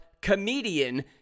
comedian